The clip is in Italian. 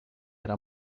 era